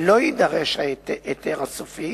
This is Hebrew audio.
לא יידרש היתר סופי